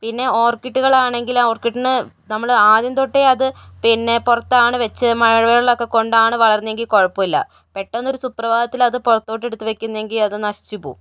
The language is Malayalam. പിന്നെ ഓര്ക്കിഡുകളാണെങ്കിൽ ഓര്ക്കിഡിന് നമ്മൾ ആദ്യം തൊട്ടേ അത് പിന്നെ പുറത്താണ് വച്ച് മഴവെള്ളം ഒക്കെ കൊണ്ടാണ് വളർന്നതെങ്കിൽ കുഴപ്പമില്ല പെട്ടന്ന് ഒരു സുപ്രഭാതത്തില് അത് പുറത്തോട്ടു എടുത്തു വയ്ക്കുന്നതെങ്കിൽ അത് നശിച്ചു പോവും